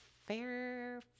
Fair